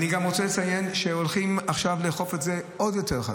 אני גם רוצה לציין שעכשיו הולכים לאכוף את זה עוד יותר חזק.